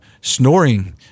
snoring